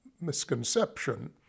misconception